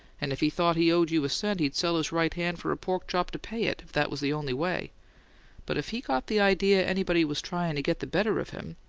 and if he thought he owed you a cent he'd sell his right hand for a pork-chop to pay it, if that was the only way but if he got the idea anybody was tryin' to get the better of him,